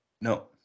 No